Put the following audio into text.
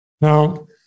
Now